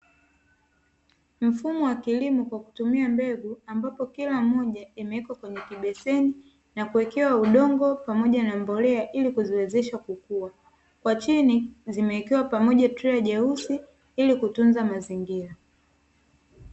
Mfumo wa kilimo kwa kutumia mbegu ambapo kila mmoja imewekwa kwenye kibeseni na kuwekewa udongo, pamoja na mbolea ili kuziwezesha kukua kwa chini zimeekewa pamoja trei jeusi ili kutunza mazingira.